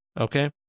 Okay